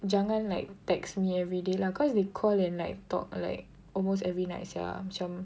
jangan like text me everyday lah cause they call and like talk like almost every night sia macam